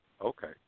Okay